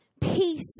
peace